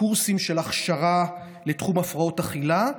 קורסים של הכשרה לתחום הפרעות האכילה,